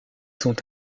sont